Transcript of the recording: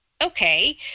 Okay